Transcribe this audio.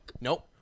Nope